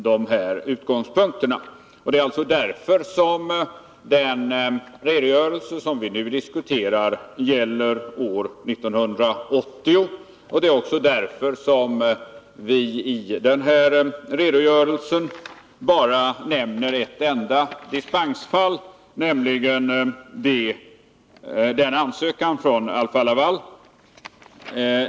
Det är alltså därför som den redogörelse vi nu diskuterar gäller år 1980, och det är också därför som vi i denna redogörelse bara nämner ett enda dispensfall, nämligen efter en ansökan från Alfa-Laval.